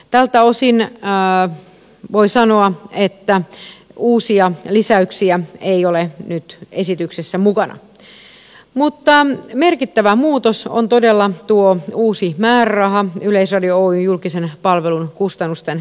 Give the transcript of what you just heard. tältä osin voi sanoa että uusia lisäyksiä ei ole nyt esityksessä mukana mutta merkittävä muutos on todella tuo uusi määräraha yleisradio oyn julkisen palvelun kustannusten kattamiseen